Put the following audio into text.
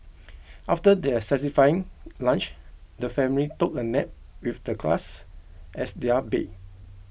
after their satisfying lunch the family took a nap with the grass as their bed